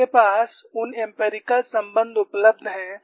आपके पास उन एम्पिरिकल संबंध उपलब्ध हैं